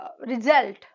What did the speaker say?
result